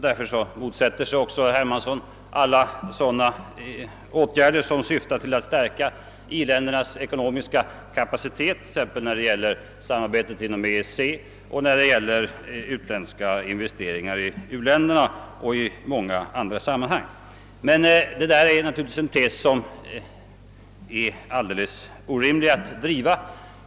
Därför motsätter sig också herr Hermansson alla åtgärder som syftar till att stärka i-ländernas ekonomiska kapacitet, i. ex. genom samarbetet inom EEC, när det gäller utländska investeringar i u-länderna 0. s. Vv. Men detta är naturligtvis en alldeles orimlig tes.